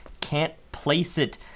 can't-place-it